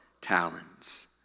talons